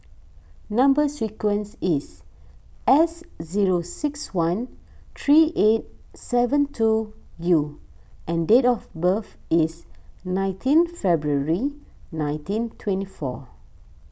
Number Sequence is S zero six one three eight seven two U and date of birth is nineteen February nineteen twenty two